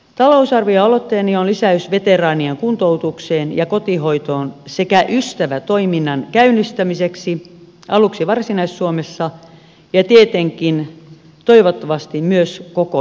talousarvioaloitteeni on lisäys veteraanien kuntoutukseen ja kotihoitoon sekä ystävätoiminnan käynnistämiseksi aluksi varsinais suomessa ja tietenkin toivottavasti myös koko suomessa